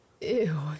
ew